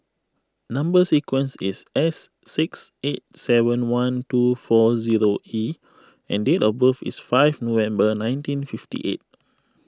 Number Sequence is S six eight seven one two four zero E and date of birth is five November nineteen fifty eight